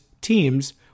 teams